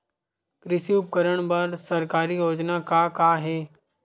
कृषि उपकरण बर सरकारी योजना का का हे?